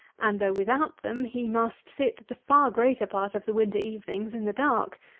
and though, without them he must sit the far greater part of the winter evenings in the dark,